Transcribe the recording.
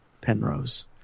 Penrose